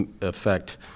affect